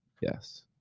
Yes